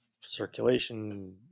circulation